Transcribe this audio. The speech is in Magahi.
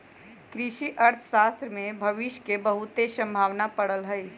कृषि अर्थशास्त्र में भविश के बहुते संभावना पड़ल हइ